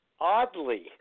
oddly